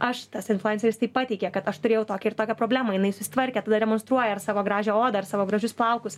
aš tas influenceris taip pateikė kad aš turėjau tokią ir tokią problemą jinai susitvarkė tada demonstruoja ar savo gražią odą ar savo gražius plaukus